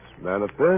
manifest